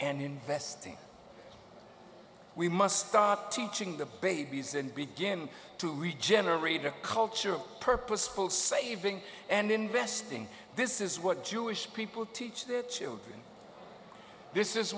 and investing we must start teaching the babies and begin to regenerate a culture of purposeful saving and investing this is what jewish people teach their children this is